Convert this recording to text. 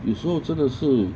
有时候真的是